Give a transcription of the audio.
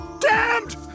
Damned